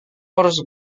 harus